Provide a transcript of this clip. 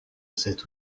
cet